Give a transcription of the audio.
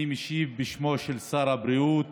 אני משיב בשמו של שר הבריאות.